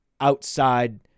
outside